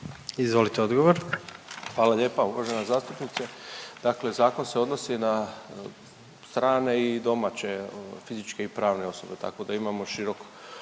Ivan (HDZ)** Hvala lijepo uvažena zastupnice. Dakle, zakon se odnosi na strane i domaće fizičke i pravne osobe, tako da imamo širok